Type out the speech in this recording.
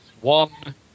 one